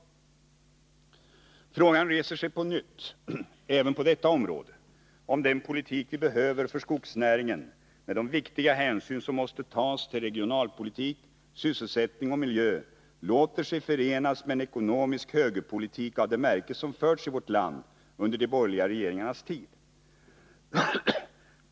Även på detta området reser sig frågan på nytt, om den politik vi behöver för skogsnäringen med de viktiga hänsyn som måste tas till regionalpolitik, sysselsättning och miljö låter sig förenas med en ekonomisk högerpolitik av det slag som förts i vårt land under de borgerliga regeringarnas tid.